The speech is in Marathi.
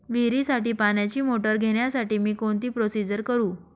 विहिरीसाठी पाण्याची मोटर घेण्यासाठी मी कोणती प्रोसिजर करु?